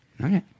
Okay